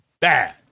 bad